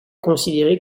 considérés